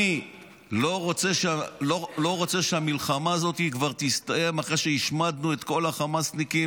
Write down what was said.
אני לא רוצה שהמלחמה הזאת כבר תסתיים אחרי שהשמדנו את כל החמאסניקים